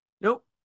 nope